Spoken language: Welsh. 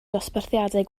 dosbarthiadau